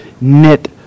knit